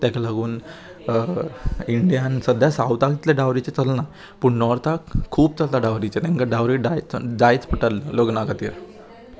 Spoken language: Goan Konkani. ताका लागून इंडियान सद्या सावथाक इतले डावरीचें चलना पूण नॉर्थाक खूब चलता डावरीचें तांकां डावरी डाय जायच पडटलें लग्ना खातीर